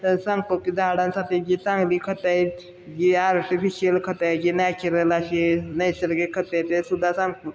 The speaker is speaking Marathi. सांगतो की झाडांसाठी जी चांगली खतं आहेत जी आर्टिफिशल खतं आहेत जे नॅचरल अशी नैसर्गिक खते आहेत तेसुद्धा सांगतो